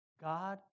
God